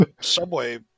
subway